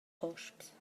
hosps